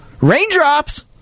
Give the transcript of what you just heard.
Raindrops